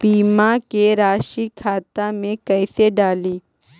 बीमा के रासी खाता में कैसे डाली?